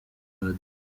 padiri